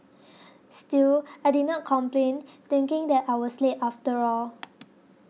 still I did not complain thinking that I was late after all